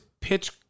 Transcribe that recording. pitch